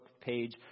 page